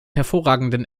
hervorragenden